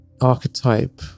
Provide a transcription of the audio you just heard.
archetype